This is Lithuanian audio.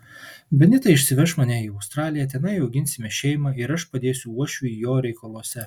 benita išsiveš mane į australiją tenai auginsime šeimą ir aš padėsiu uošviui jo reikaluose